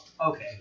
Okay